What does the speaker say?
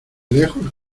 lejos